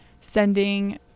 sending